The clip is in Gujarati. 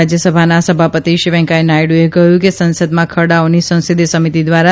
રાજ્યસભાના સભાપતિ શ્રી વેકૈંચાહ નાયડુએ સંસદમાં ખરડાઓની સંસદીય સમિતિ દ્વારા